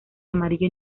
amarillo